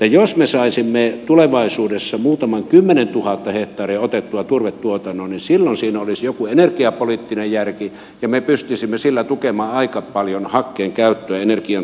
jos me saisimme tulevaisuudessa muutaman kymmenen tuhatta hehtaaria otettua turvetuotantoon niin silloin siinä olisi joku energiapoliittinen järki ja me pystyisimme sillä tukemaan aika paljon hakkeen käyttöä energiantuotannossa